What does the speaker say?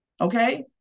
Okay